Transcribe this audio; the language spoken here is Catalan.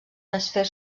desfer